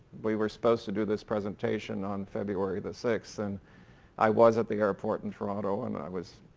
we were supposed to do this presentation on february the sixth and i was at the airport in toronto and i was,